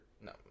no